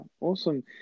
awesome